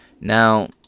Now